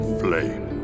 flame